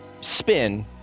spin